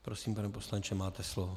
Prosím, pane poslanče, máte slovo.